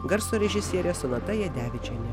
garso režisierė sonata jadevičienė